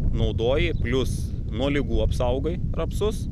naudoji plius nuo ligų apsaugai rapsus